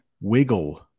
wiggle